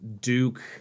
Duke